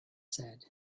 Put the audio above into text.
said